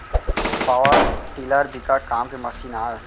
power tiller बिकट काम के मसीन आय